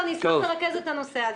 אשמח לרכז את הנושא הזה.